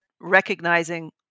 recognizing